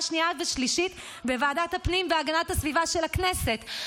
שנייה ושלישית בוועדת הפנים והגנת הסביבה של הכנסת.